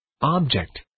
Object